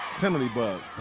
penalty bug.